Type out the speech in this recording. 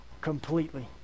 completely